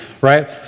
right